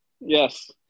Yes